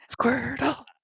Squirtle